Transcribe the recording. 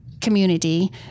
community